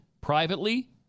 privately